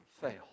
fail